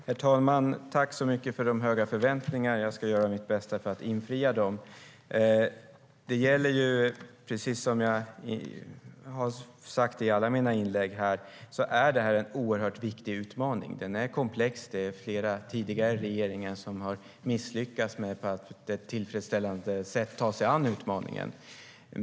Herr talman! Tack så mycket för de höga förväntningarna! Jag ska göra mitt bästa för att infria dem. Som jag har sagt i alla mina inlägg är detta en oerhört viktig utmaning. Den är komplex. Flera tidigare regeringar har misslyckats med att på ett tillfredsställande sätt ta sig an utmaningen.